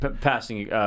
passing